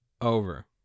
Over